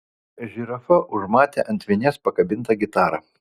žirafa užmatė ant vinies pakabintą gitarą